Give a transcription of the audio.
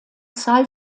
zahl